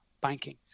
banking